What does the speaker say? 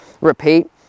repeat